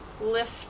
lift